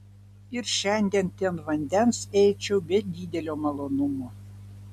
ir šiandien ten vandens eičiau be didelio malonumo